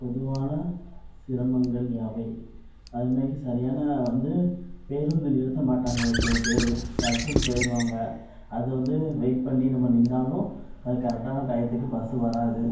பொதுவான சிரமங்கள் யாவை அதுமேய்க்கு சரியான வந்து பேருந்து நிறுத்தமாட்டாங்க ஒரு சில பேரு சட்டுனு போயிருவாங்க அது வந்து வெயிட் பண்ணி நம்ம நின்னாலும் அது கரெக்ட்டான டைத்துக்கு பஸ்சு வராது